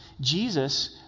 Jesus